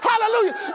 Hallelujah